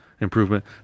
improvement